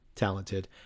talented